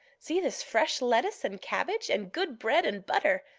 see this fresh lettuce and cabbage and good bread and butter.